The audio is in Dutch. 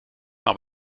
maar